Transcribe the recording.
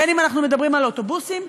בין שאנחנו מדברים על אוטובוסים,